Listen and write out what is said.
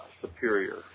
superior